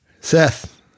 Seth